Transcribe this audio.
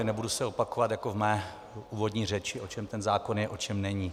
Nebudu se opakovat jako v mé úvodní řeči, o čem ten zákon je, o čem není.